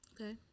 Okay